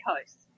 Coast